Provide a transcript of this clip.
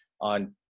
on